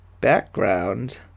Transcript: background